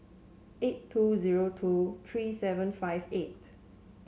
eight two zero two three seven five eight